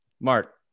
Mark